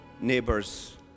neighbors